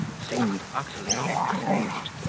seemed utterly extinct,